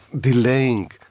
delaying